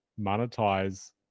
monetize